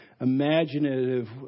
imaginative